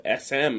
SM